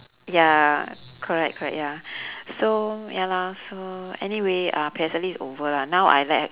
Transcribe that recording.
ya correct correct ya so ya lah so anyway uh P_S_L_E is over lah now I let